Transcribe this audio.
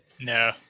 no